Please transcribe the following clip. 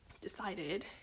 decided